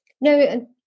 No